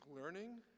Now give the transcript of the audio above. learning